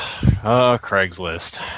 Craigslist